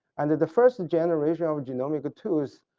and the first generation of genomic tools